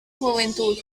juventud